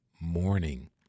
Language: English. morning